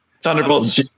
Thunderbolts